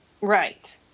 Right